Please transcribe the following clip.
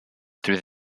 through